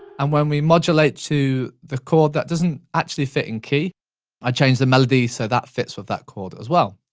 and when we modulate to the chord that doesn't actually fit in key, i change the melody so that fits with that chord as well.